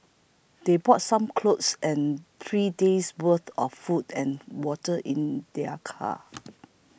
they brought some clothes and three days' worth of food and water in their car